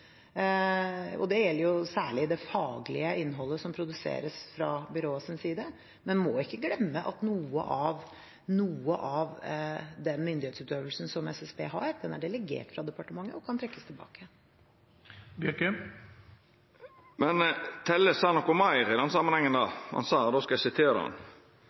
gjelder særlig det faglige innholdet som produseres fra byråets side. Men vi må ikke glemme at noe av den myndighetsutøvelsen som SSB har, er delegert fra departementet og kan trekkes tilbake. Men Telle sa noko meir i den samanhengen. Han sa: